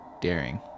daring